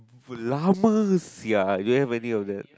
sia I don't have any of that